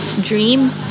Dream